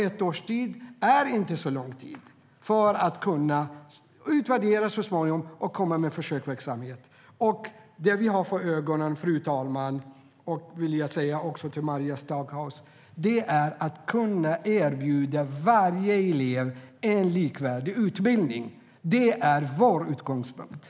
Ett år är inte så lång tid för att utvärdera och så småningom komma med försöksverksamhet.